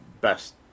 best